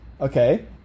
Okay